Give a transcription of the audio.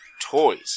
toys